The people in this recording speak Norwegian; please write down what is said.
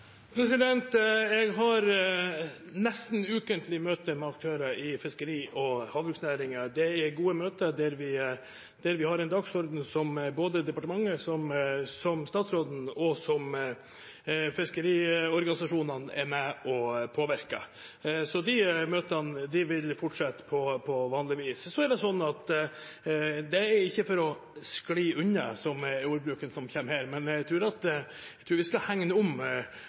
Jeg har nesten ukentlig møter med aktører i fiskeri- og havbruksnæringen. Det er gode møter, der vi har en dagsorden som både departementet, statsråden og fiskeriorganisasjonene er med på å påvirke. Så de møtene vil fortsette på vanlig vis. Det er ikke for å skli unna, som er ordbruken antyder her, men jeg tror vi skal hegne om